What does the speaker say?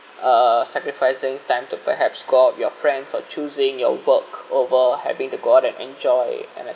uh sacrificing time to perhaps go out with your friends or choosing your work over having to go out and enjoy and it